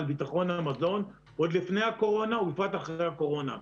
על ביטחון המזון עוד לפני הקורונה ובפרט אחרי הקורונה.